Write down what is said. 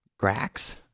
Grax